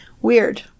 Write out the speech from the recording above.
Weird